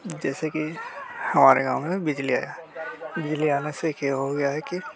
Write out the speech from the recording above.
जैसे कि हमारे गाँव में बिजली आया बिजली आने से क्या हो गया है कि